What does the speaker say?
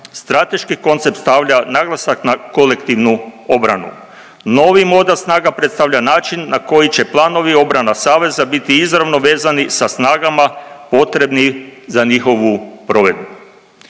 Strateški koncept stavlja naglasak na kolektivnu obranu. Novi model snaga predstavlja način na koji će planovi obrana saveza biti izravno vezani sa snagama potrebnih za njihovu provedbu.